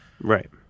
Right